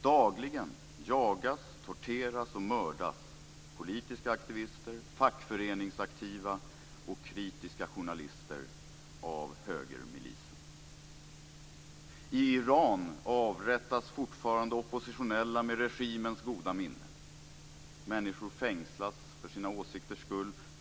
Dagligen jagas, torteras och mördas politiska aktivister, fackföreningsaktiva och kritiska journalister av högermelisen. I Iran avrättas fortfarande oppositionella med regimens goda minne. Människor fängslas för sina åsikters skull.